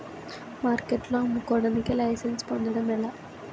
మార్కెట్లో అమ్ముకోడానికి లైసెన్స్ పొందడం ఎలా?